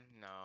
no